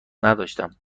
نداشتم